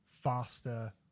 faster